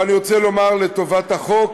אבל אני רוצה לומר לטובת החוק,